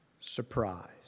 surprise